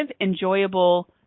enjoyable